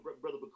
Brother